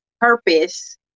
purpose